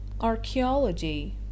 Archaeology